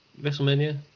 WrestleMania